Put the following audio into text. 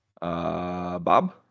Bob